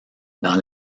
dans